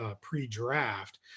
pre-draft